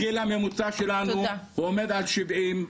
הגיל הממוצע שלנו עומד על 70,